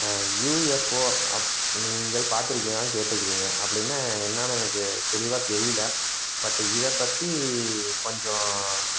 UFO அப் நீங்கள் பார்த்து இருக்கிறீங்களான்னு கேட்டு இருக்கிறீங்க அப்படின்னா என்னனு எனக்குத் தெளிவாக தெரியல பட் இதை பற்றி கொஞ்சம்